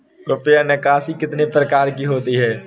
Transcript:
रुपया निकासी कितनी प्रकार की होती है?